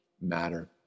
matter